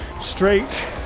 straight